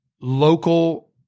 local